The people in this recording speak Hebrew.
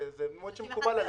שזה מועד שמקובל עלינו.